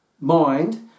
mind